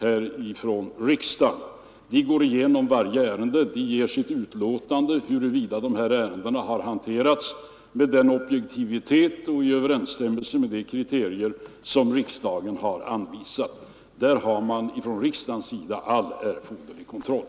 Utskottet går igenom varje ärende och ger sitt utlåtande om huruvida de ärendena har hanterats med objektivitet och i överensstämmelse med de riktlinjer som riksdagen har anvisat. Där har man från riksdagens sida all erforderlig kontroll.